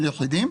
של יחידים.